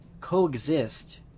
coexist